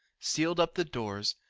seal'd up the doors,